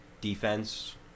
defense